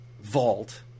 vault